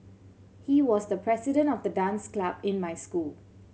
he was the president of the dance club in my school